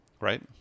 right